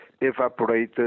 evaporate